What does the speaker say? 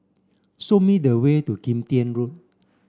show me the way to Kim Tian Road